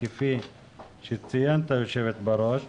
כפי שציינת היו"ר,